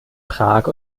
prag